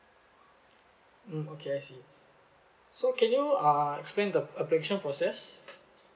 mm okay I see so can you uh explain the application process